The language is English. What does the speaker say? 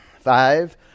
Five